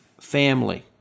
family